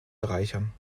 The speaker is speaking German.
bereichern